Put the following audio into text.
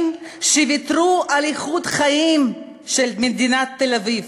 שוויתרו על איכות החיים של מדינת תל-אביב,